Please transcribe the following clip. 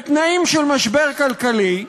בתנאים של משבר כלכלי,